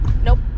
Nope